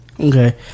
Okay